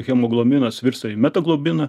hemoglominas virsta į metaglobiną